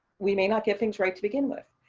we may not get things right to begin with.